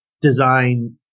design